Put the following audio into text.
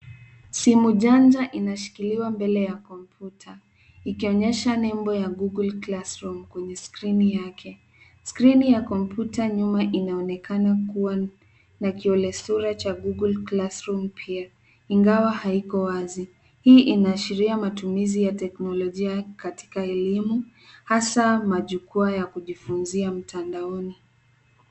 Simu janja inashikiliwa mbele ya kompyuta, ikionyesha nebo ya Google Classroom , kwenye skirini yake. Skirini ya kompyuta nyuma inaonekana kua na kiolesura cha Google Classroom pia, ingawa haiko wazi. Hii inaashiria matumizi ya teknolojia katika elimu, hasa majukwaa ya kujifunzia mtandaoni.